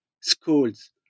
schools